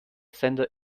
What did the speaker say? sender